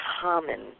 common